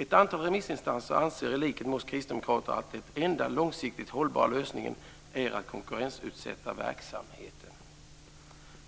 Ett antal remissinstanser anser i likhet med oss kristdemokrater att den enda långsiktigt hållbara lösningen är att konkurrensutsätta verksamheten.